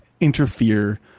interfere